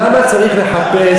למה צריך לחפש